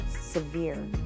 severe